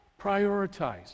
Prioritize